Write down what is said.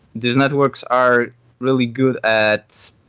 these networks are really good at